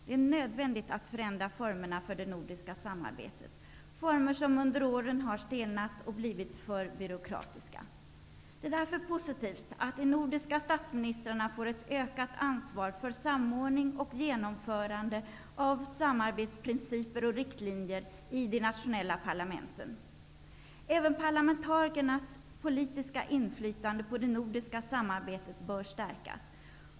Det är nödvändigt att förändra formerna för det nordiska samarbetet, former som under åren har stelnat och blivit för byråkratiska. Det är därför positivt att de nordiska statsministrarna får ett ökat ansvar för samordning och genomförande av samarbetsprinciper och riktlinjer i de nationella parlamenten. Även parlamentarikernas politiska inflytande över det nordiska samarbetet bör stärkas.